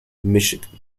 michigan